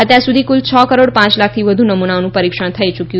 અત્યાર સુધી કુલ છ કરોડ પાંચ લાખથી વધુ નમૂનાઓનું પરીક્ષણ થઈ યૂક્યું છે